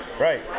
right